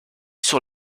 sur